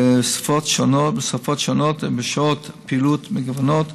בשפות שונות ובשעות פעילות מגוונות,